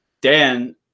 Dan